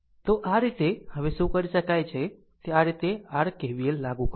તો આ રીતે હવે શું કરી શકાય છે તે આ રીતે r KVL લાગુ કરો